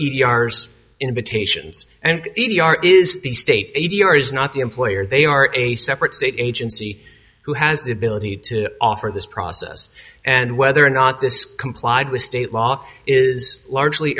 r s invitations and easy are is the state a d r is not the employer they are a separate state agency who has the ability to offer this process and whether or not this complied with state law is largely